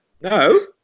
No